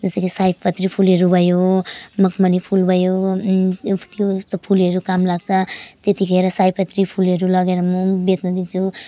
जस्तै कि सयपत्री फुलहरू भयो मखमली फुल भयो थियो यस्तो फुलहरू काम लाग्छ त्यतिखेर सयपत्री फुलहरू लगेर म बेच्न दिन्छु